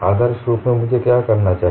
आदर्श रूप से मुझे क्या करना चाहिए